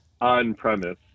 on-premise